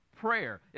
prayer